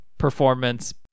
performance